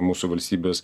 mūsų valstybės